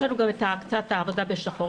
יש לנו גם קצת עבודה בשחור.